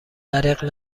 دریغ